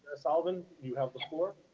ah sullivan, you have the floor.